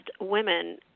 women